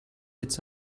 jetzt